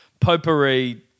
Potpourri